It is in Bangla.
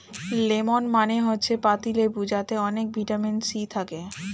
লেমন মানে হচ্ছে পাতিলেবু যাতে অনেক ভিটামিন সি থাকে